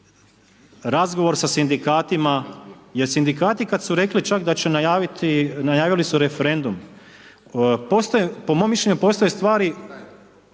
razgovor sa sindikatima jer sindikati kad su rekli čak da će najaviti, najavili su referendum, postoje, po mom mišljenju postoje stvari